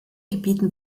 gebieten